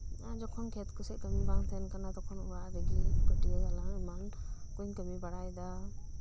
ᱟᱨ ᱡᱚᱠᱷᱚᱱ ᱠᱷᱮᱛᱠᱩ ᱥᱮᱡ ᱠᱟᱹᱢᱤ ᱵᱟᱝ ᱛᱟᱦᱮᱱ ᱠᱟᱱᱟ ᱛᱚᱠᱷᱚᱱ ᱚᱲᱟᱜ ᱨᱮᱜᱮ ᱯᱟᱹᱴᱭᱟᱹ ᱜᱟᱞᱟᱝ ᱮᱢᱟᱱ ᱠᱩᱧ ᱠᱟᱹᱢᱤ ᱵᱟᱲᱟᱭᱮᱫᱟ